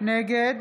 נגד